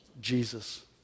Jesus